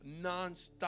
Nonstop